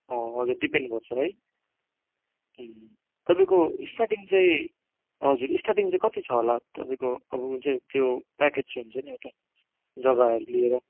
अँ हजुर दिपेन घोष है अँ तपाईँको स्टार्टिङ चाहिँ हजुर स्टार्टिङ चाहिँ कति छ होला तपाईँको अब हुन्छ नि त्यो प्याकेज हुन्छ नि एउटा जग्गाहरू लिएर